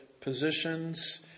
positions